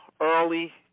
early